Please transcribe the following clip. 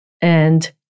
And-